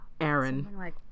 Aaron